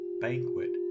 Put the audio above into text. banquet